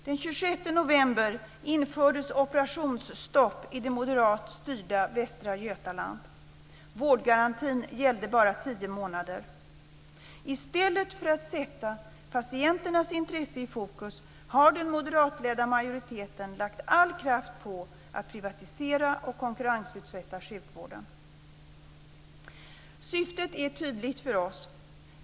Den 26 november infördes operationsstopp i det moderat styrda Västra Götaland. Vårdgarantin gällde bara tio månader. I stället för att sätta patienternas intresse i fokus har den moderatledda majoriteten lagt all kraft på att privatisera och konkurrensutsätta sjukvården. Syftet är tydligt för oss.